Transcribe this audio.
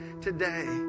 today